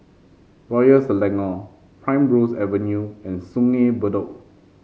Royal Selangor Primrose Avenue and Sungei Bedok